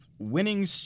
Winning